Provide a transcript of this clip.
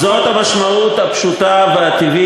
זאת המשמעות הפשוטה והטבעית.